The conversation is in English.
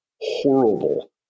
horrible